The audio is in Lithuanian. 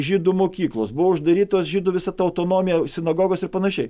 žydų mokyklos buvo uždarytos žydų visa ta autonomija sinagogos ir panašiai